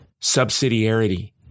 Subsidiarity